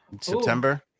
September